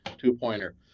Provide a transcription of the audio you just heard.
two-pointer